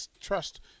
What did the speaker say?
trust